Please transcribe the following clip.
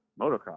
motocross